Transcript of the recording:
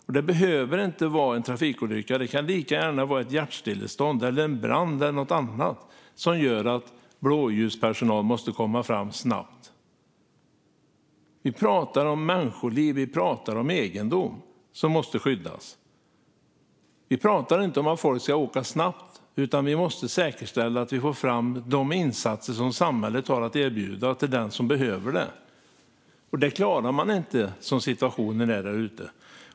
Och det behöver inte vara en trafikolycka; det kan lika gärna vara ett hjärtstillestånd, en brand eller något annat som gör att blåljuspersonal måste komma fram snabbt. Vi pratar om människoliv. Vi pratar om egendom som måste skyddas. Vi pratar inte om att folk ska åka snabbt, utan vi måste säkerställa att vi får fram de insatser som samhället har att erbjuda till dem som behöver dem. Det klarar man inte som situationen är där ute.